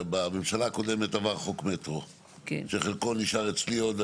בממשלה הקודמת עבר חוק מטרו, שחלקו נשאר אצלי עוד.